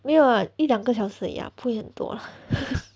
没有 lah 一两个小时而已 lah 不会很多 lah